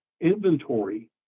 inventory